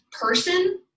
person